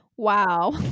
Wow